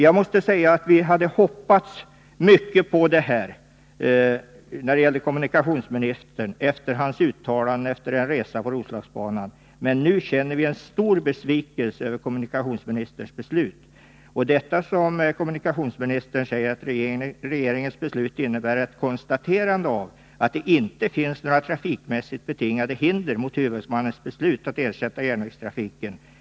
Jag måste säga att vi hade hoppats mycket av kommunikationsministern på grund av hans uttalande efter en resa på Roslagsbanan men att vi nu känner stor besvikelse över hans beslut. Kommunikationsministern säger att regeringens beslut innebär ett konstaterande av att det inte finns några trafikmässigt betingade hinder mot huvudmannens beslut att ersätta järnvägstrafiken med bussar.